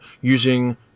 using